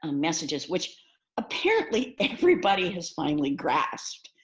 ah messages, which apparently everybody has finally grasped.